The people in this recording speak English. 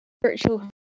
spiritual